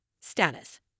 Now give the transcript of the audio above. status